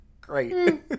great